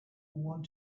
want